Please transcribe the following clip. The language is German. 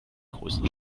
größten